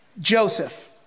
Joseph